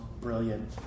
brilliant